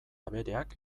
abereak